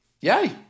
Yay